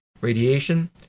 radiation